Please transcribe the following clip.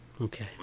okay